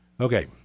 Okay